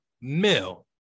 Mill